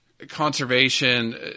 Conservation